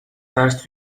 ترس